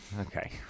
Okay